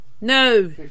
No